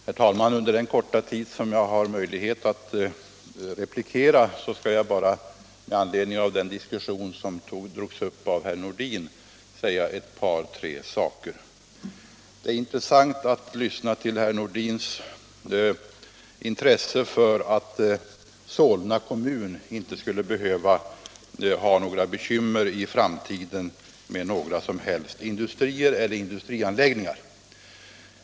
Herr talman! Under den korta tid jag har möjlighet att replikera skall jag bara med anledning av den diskussion som drogs upp av herr Nordin säga ett par tre saker. Det är intressant att lyssna till herr Nordins intresse för att Solna kommun inte skall behöva ha några bekymmer i framtiden med industrier eller industrianläggningar.